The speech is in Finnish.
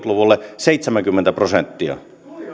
luvulle seitsemänkymmentä prosenttia